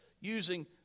using